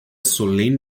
solene